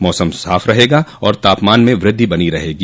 मौसम साफ रहेगा और तापमान में वृद्धि बनी रहेगी